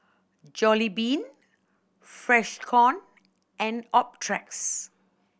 Jollibean Freshkon and Optrex